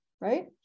right